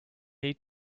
need